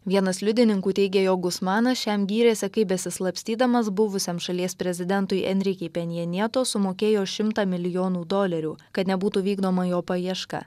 vienas liudininkų teigė jog gusmanas šiam gyrėsi kaip besislapstydamas buvusiam šalies prezidentui enrikei penja nieto sumokėjo šimtą milijonų dolerių kad nebūtų vykdoma jo paieška